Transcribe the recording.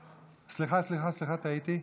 סליחה, סליחה, סליחה, טעיתי.